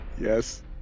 Yes